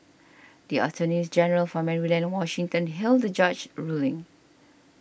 the attorneys general for Maryland and Washington hailed the judge ruling